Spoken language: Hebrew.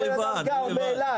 פה בן אדם גר באילת,